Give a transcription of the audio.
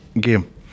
game